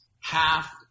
half